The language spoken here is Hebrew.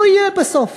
לא יהיה בסוף.